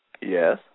Yes